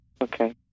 Okay